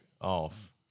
off